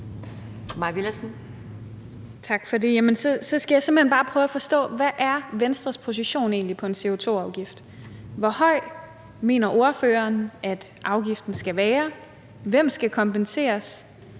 Mai Villadsen (EL): Tak for det. Så skal jeg såmænd bare prøve at forstå, hvad Venstres position i forhold til en CO2-afgift egentlig er. Hvor høj mener ordføreren at afgiften skal være? Hvem skal kompenseres?